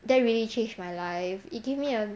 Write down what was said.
that really changed my life it gave me a